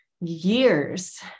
years